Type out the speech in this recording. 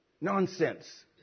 Nonsense